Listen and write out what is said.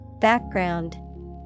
Background